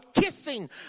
kissing